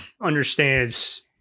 understands